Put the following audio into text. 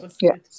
Yes